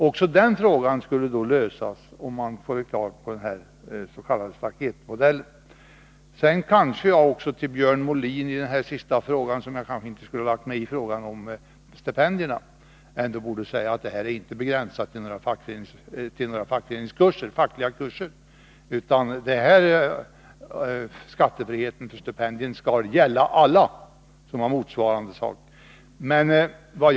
Också det problemet skall lösas genom den s.k. staketmodellen. Jag kanske inte borde lägga mig i frågan om stipendierna, men jag vill ändå till Björn Molin säga att skattereduktionen inte är begränsad till stipendier för fackliga kurser. Skattereduktionen gäller alla motsvarande stipendier.